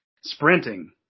Sprinting